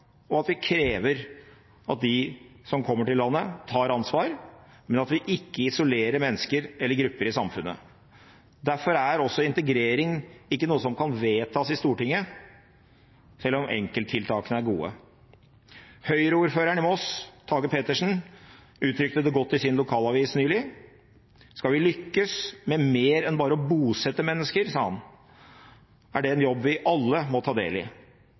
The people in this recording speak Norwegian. og at vi krever at de som kommer til landet, tar ansvar, men at vi ikke isolerer mennesker eller grupper i samfunnet. Derfor er integrering ikke noe som kan vedtas i Stortinget, selv om enkelttiltakene er gode. Høyreordføreren i Moss, Tage Pettersen, uttrykte det godt i sin lokalavis nylig: Skal vi lykkes med mer enn bare å bosette mennesker, sa han, er det en jobb vi alle må ta del i.